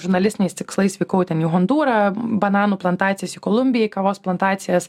žurnalistiniais tikslais vykau ten į hondūrą bananų plantacijas į kolumbiją į kavos plantacijas